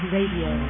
Radio